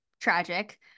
tragic